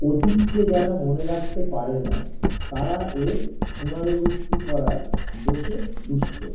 অতীতকে যারা মনে রাখতে পারে না তারা এ পুনারবৃত্তি করার দোষে দুষ্ট